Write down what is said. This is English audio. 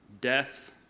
death